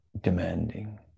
demanding